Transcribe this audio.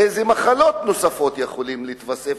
איזה מחלות נוספות יכולות להתווסף,